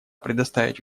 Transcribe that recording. предоставить